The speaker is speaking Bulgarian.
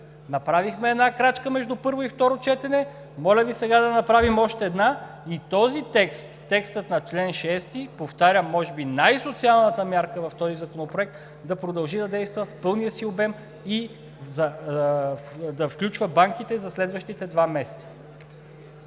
Направихме една крачка между първо и второ четене, моля Ви сега да направим още една и този текст – текстът на чл. 6, повтарям, може би най-социалната мярка в този законопроект да продължи да действа в пълния си обем и да включва банките и за следващите два месеца.